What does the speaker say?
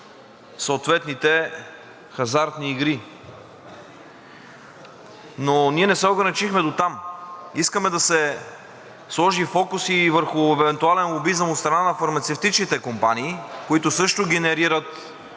съответните хазартни игри. Ние не се ограничихме дотам. Искаме да се сложи фокус и върху евентуален лобизъм от страна на фармацевтичните компании, които също генерират